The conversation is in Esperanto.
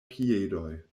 piedoj